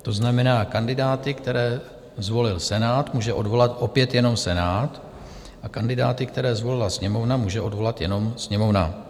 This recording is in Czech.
To znamená, kandidáty, které zvolil Senát, může odvolat opět jenom Senát a kandidáty, které zvolila Sněmovna, může odvolat jenom Sněmovna.